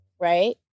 right